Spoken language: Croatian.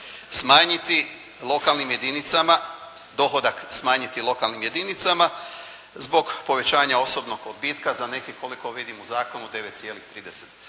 smanjiti lokalnim jedinicama, dohodak smanjiti lokalnim jedinicama zbog povećanja osobnog odbitka za neke, koliko vidim u zakonu 9,38%